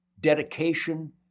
dedication